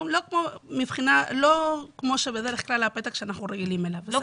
לא כמו שבדרך כלל המכתב שאנחנו רגילים אליו, בסדר?